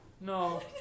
no